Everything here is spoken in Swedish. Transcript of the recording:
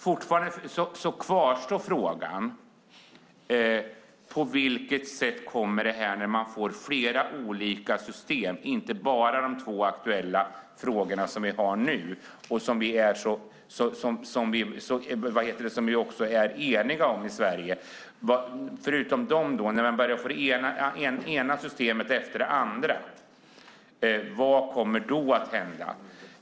Fortfarande kvarstår frågan: När man får det ena systemet efter det andra, förutom de två aktuella som vi talar om nu och som vi också är eniga om, vad kommer då att hända?